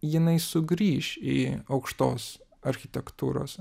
jinai sugrįš į aukštos architektūros